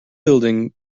building